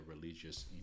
Religious